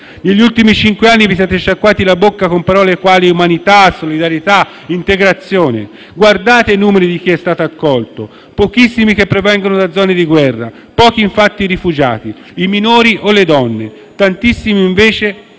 Negli ultimi cinque anni vi siete sciacquati la bocca con parole quali umanità, solidarietà, integrazione. Guardate i numeri di chi è stato accolto. Pochissimi che provengono da zone di guerra, pochi infatti i rifugiati, i minori o le donne. Tantissimi, invece,